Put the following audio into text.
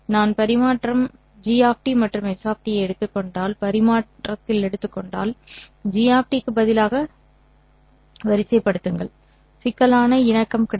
நான் பரிமாற்றம் g மற்றும் s ஐ எடுத்துக் கொண்டால் g க்கு பதிலாக வரிசைப்படுத்துங்கள் சிக்கலான இணக்கம் கிடைக்கும்